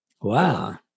Wow